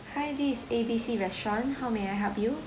hi this is A B C restaurant how may I help you